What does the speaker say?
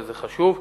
וזה חשוב.